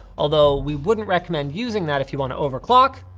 although we wouldn't recommend using that if you wanna over clock,